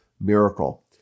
miracle